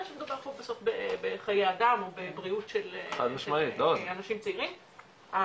שמדובר בחיי אדם או בבריאות של אנשים צעירים.